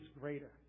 greater